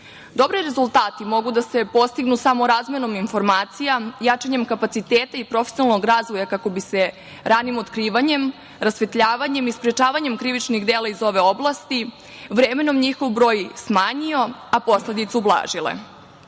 rezultati mogu da se postignu samo razmenom informacija, jačanjem kapaciteta i profesionalnog razvoja kako bi se ranim otkrivanjem, rasvetljavanjem i sprečavanjem krivičnih dela iz ove oblasti vremenom njihov broj smanjio, a posledice